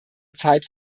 zeit